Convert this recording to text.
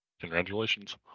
congratulations